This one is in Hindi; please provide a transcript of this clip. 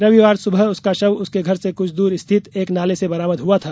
रविवार सुबह उसका शव उसके घर से कुछ दूर स्थित एक नाले से बरामद हुआ था